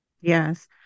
Yes